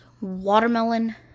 watermelon